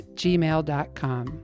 gmail.com